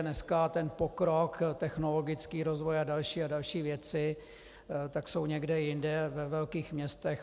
Dneska pokrok, technologický rozvoj a další a další věci jsou někde jinde ve velkých městech.